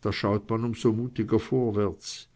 da schaut man um so mutiger vorwärts